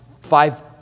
five